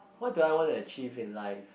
what do I want to achieve in life